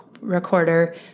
Recorder